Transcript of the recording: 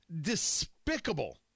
Despicable